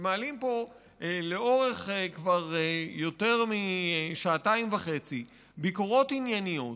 שמעלים פה לאורך כבר יותר משעתיים וחצי ביקורות ענייניות,